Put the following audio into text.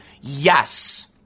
Yes